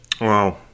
Wow